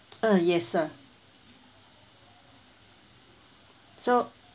uh yes sir so